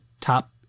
top